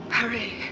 hurry